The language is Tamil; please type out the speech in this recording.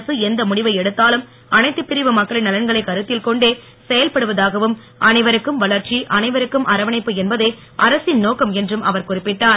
அரசு எந்த முடிவை ஐவ்டேகர் எடுத்தாலும் அனைத்து பிரிவு மக்களின் நலன்களை கருத்தில் கொண்டே செயல்படுவதாகவும் அனைவருக்கும் வளர்ச்சி அனைவருக்கும் அரவணைப்பு என்பதே அரசின் நோக்கம் என்றும் அவர் குறிப்பிட்டார்